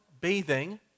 bathing